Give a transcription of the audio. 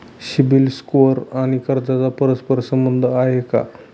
CIBIL score आणि कर्जाचा परस्पर संबंध आहे का?